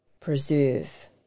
preserve